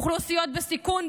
אוכלוסיות בסיכון,